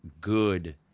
good